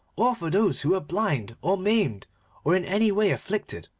or for those who were blind or maimed or in any way afflicted,